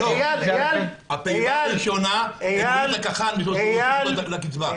בפעימה הראשונה הורידו את --- והכניסו לקצבה.